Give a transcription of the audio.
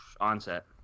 onset